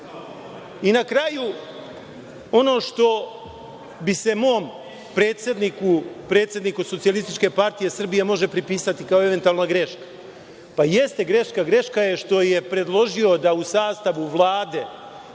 kraju, ono što bi se mom predsedniku, predsedniku SPS-a, moglo pripisati kao eventualna greška, pa jeste greška, greška je što je predložio da u sastavu Vlade